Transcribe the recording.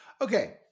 Okay